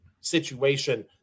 situation